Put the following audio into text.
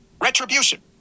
Retribution